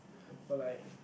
but like